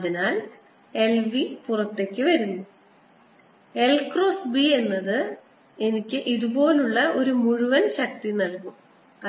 അതിനാൽ I v പുറത്തേക്ക് വരുന്നു I ക്രോസ് B എന്നത് എനിക്ക് ഇതുപോലുള്ള ഒരു മുഴുവൻ ശക്തി നൽകും